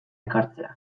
ekartzea